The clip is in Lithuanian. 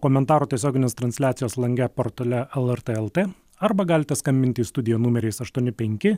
komentarų tiesioginės transliacijos lange portale lrt lt arba galite skambinti į studiją numeriais aštuoni penki